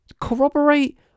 corroborate